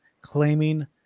claiming